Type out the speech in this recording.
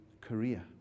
Korea